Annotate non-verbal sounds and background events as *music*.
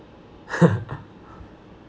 *laughs*